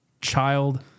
child